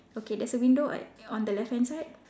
okay there's a window like on the left hand side